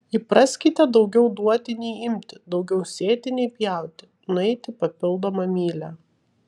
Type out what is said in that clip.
įpraskite daugiau duoti nei imti daugiau sėti nei pjauti nueiti papildomą mylią